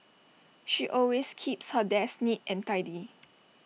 she always keeps her desk neat and tidy